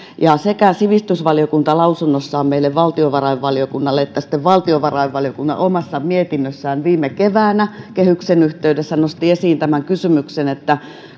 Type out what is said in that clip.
sekä sivistysvaliokunta lausunnossaan meille valtiovarainvaliokunnalle että sitten valtiovarainvaliokunta omassa mietinnössään viime keväänä kehyksen yhteydessä nosti esiin tämän kysymyksen